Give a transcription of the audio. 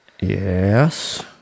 Yes